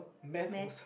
maths